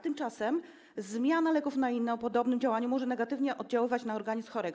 Tymczasem zmiana leków na inne o podobnym działaniu może negatywnie oddziaływać na organizm chorego.